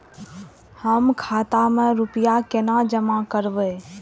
हम खाता में रूपया केना जमा करबे?